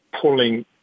pulling